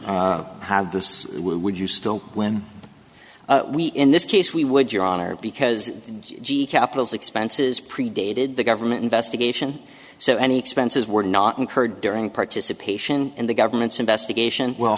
still have this would you still when we in this case we would your honor because g capital's expenses predated the government investigation so any expenses were not incurred during participation in the government's investigation well